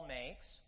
makes